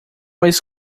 eles